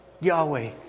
Yahweh